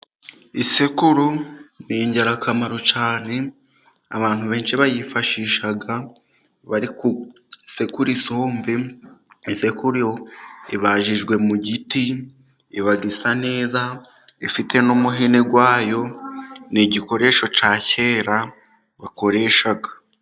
Isekuru ni ingirakamaro cyane, abantu benshi bayifashisha bari gusekura isombe, isekuru ibajijwe mu giti, iba isa neza ifite n'umuhini wayo, ni igikoresho cya kera bakoresha.